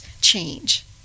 change